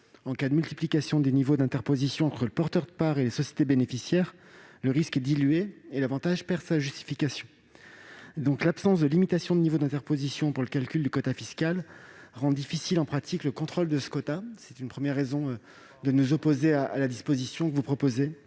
En cas de multiplication des niveaux d'interposition entre les porteurs de parts et les sociétés bénéficiaires, le risque est dilué et l'avantage perd sa justification. L'absence de limitation de niveau d'interposition pour le calcul du quota fiscal rend difficile en pratique le contrôle de ce quota- voilà une première raison qui explique notre opposition à la disposition que vous proposez.